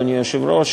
אדוני היושב-ראש,